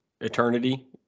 eternity